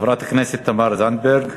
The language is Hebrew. חברת הכנסת תמר זנדברג,